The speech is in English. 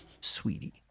sweetie